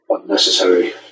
unnecessary